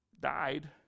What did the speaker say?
died